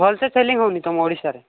ଭଲସେ ସେଲିଙ୍ଗ ହେଉନି ତମ ଓଡ଼ିଶାରେ